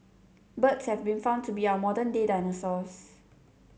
birds have been found to be our modern day dinosaurs